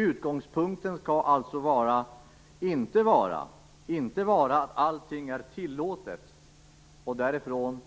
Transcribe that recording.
Utgångspunkten skall alltså inte vara att allting är tillåtet och att man utifrån